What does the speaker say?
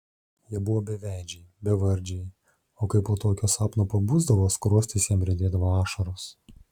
jie buvo beveidžiai bevardžiai o kai po tokio sapno pabusdavo skruostais jam riedėdavo ašaros